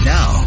Now